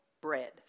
bread